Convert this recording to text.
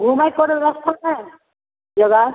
घुमैके व्यवस्था छै जोगार